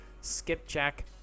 skipjack